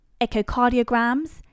echocardiograms